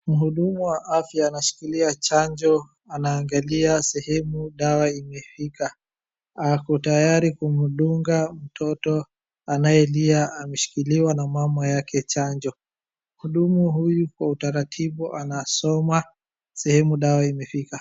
Mhudumu wa afya anashikilia chanjo, anaangalia sehemu dawa imefika. Ako tayari kumdunga mtoto anayelia ameshikiliwa na mama yake chanjo. Mhudumu huyu kwa utaratibu anasoma sehemu dawa imefika.